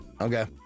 Okay